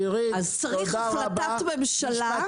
אז צריך החלטת ממשלה --- עירית, תודה רבה.